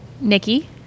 Nikki